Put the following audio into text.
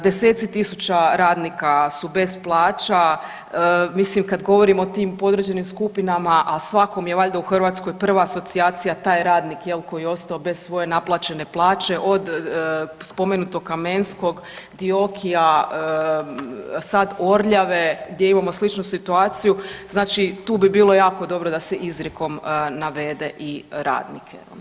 Deseci tisuća radnika su bez plaća, mislim kad govorim o tim podređenim skupinama, a svakom je valjda u Hrvatskoj prva asocijacija taj radnik jel koji je ostao bez svoje naplaćene plaće od spomenutog Kamenskog, Diokia sad Orljave gdje imamo sličnu situaciju, znači tu bi bilo jako dobro da se izrijekom navede i radnike.